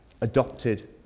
adopted